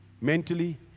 mentally